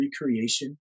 recreation